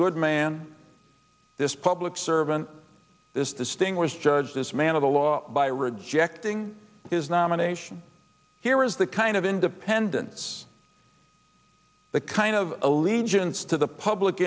good man this public servant this distinguished judge this man of the law by rejecting his nomination here is the kind of independence the kind of allegiance to the public